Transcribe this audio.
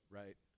right